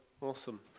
Awesome